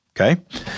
Okay